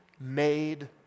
made